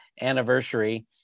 anniversary